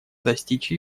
достичь